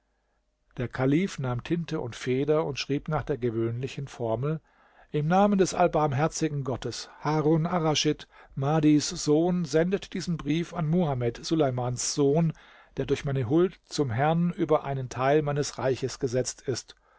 der kalif nahm tinte und feder und schrieb nach der gewöhnlichen formel im namen des allbarmherzigen gottes harun arraschid mahdis sohn sendet diesen brief an muhammed suleimans sohn der durch meine huld zum herrn über einen teil meines reichs gesetzt ist